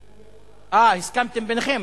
אה, הסכמתם ביניכם.